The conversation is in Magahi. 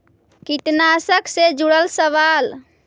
कीटनाशक से जुड़ल सवाल?